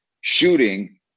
shooting